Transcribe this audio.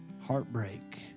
heartbreak